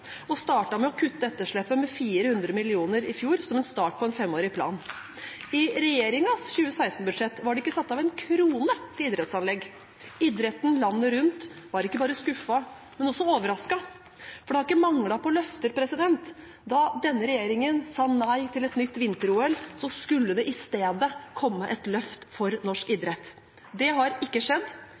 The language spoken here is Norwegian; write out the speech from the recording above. og startet med å kutte etterslepet med 400 mill. kr i fjor, som en start på en femårig plan. I regjeringens 2016-budsjett var det ikke satt av en krone til idrettsanlegg. Idretten landet rundt var ikke bare skuffet, men også overrasket, for det har ikke manglet på løfter. Da denne regjeringen sa nei til et nytt vinter-OL, skulle det i stedet komme et løft for norsk idrett. Det har ikke skjedd.